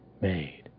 made